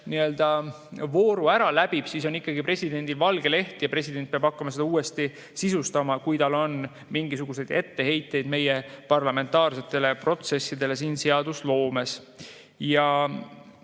teise vooru läbib, siis on ikkagi presidendil valge leht ja president peab hakkama seda uuesti sisustama, kui tal on mingisuguseid etteheiteid meie parlamentaarsetele protsessidele siin seadusloomes.